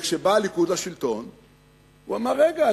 וכשבא הליכוד לשלטון הוא אמר: רגע,